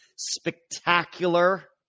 Spectacular